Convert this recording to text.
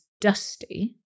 dusty